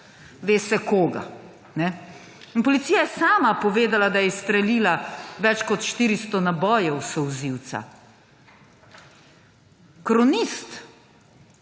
ve se, koga. Policija je sama povedala, da je izstrelila več kot 400 nabojev solzivca. Kronist,